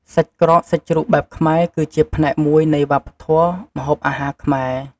សាច់ក្រកសាច់ជ្រូកបែបខ្មែរគឺជាផ្នែកមួយនៃ វប្បធម៌ម្ហូបអាហារខ្មែរ។